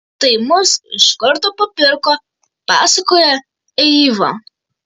tai mus iš karto papirko pasakojo eiva